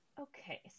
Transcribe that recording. okay